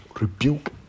Rebuke